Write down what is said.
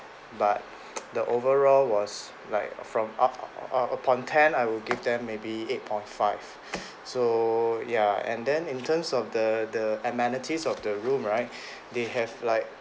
but the overall was like from up~ upon ten I will give them maybe eight point five so ya and then in terms of the the amenities of the room right they have like